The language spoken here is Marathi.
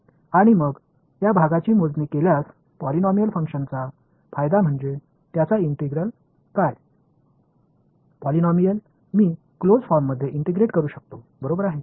आणि मग त्या भागाची मोजणी केल्यास पॉलिनोमिल फंक्शनचा फायदा म्हणजे त्याचा इंटिग्रल काय पॉलिनोमिल मी क्लोस फॉर्ममध्ये इंटिग्रेट करू शकतो बरोबर आहे